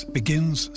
begins